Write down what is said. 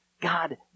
God